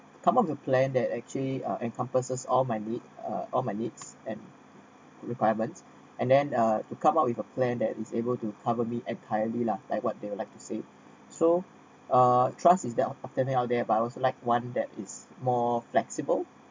come up the plan that actually are encompasses all my need uh all my needs and requirements and then uh to come up with a plan that is able to cover me entirely lah like what they would like to say so uh trust is the alternate out there but also like one that it's more flexible